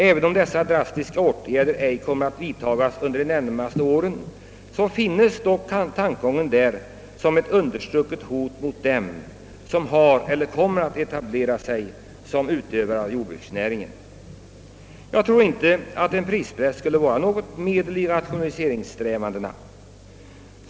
Även om några drastiska åtgärder i det stycket inte kommer att vidtagas under de närmaste åren, finns dock tanken där som ett understucket hot mot dem som har etablerat sig som jordbrukare eller haft planer på att göra det. Jag tror inte att en prispress skulle vara ett medel i rationaliseringssträvandena.